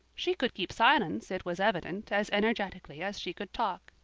she could keep silence, it was evident, as energetically as she could talk.